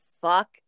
fuck